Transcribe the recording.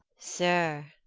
sir,